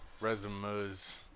Resumes